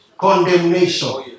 condemnation